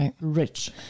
rich